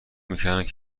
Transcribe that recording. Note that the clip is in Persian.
میکردند